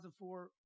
2004